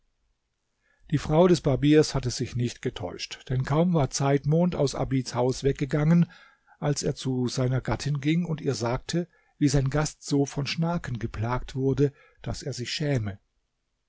die frau des barbiers hatte sich nicht getäuscht denn kaum war zeitmond aus abids hause weggegangen als er zu seiner gattin ging und ihr sagte wie sein gast so von schnaken geplagt wurde daß er sich schäme